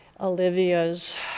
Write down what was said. Olivia's